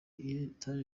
nibwo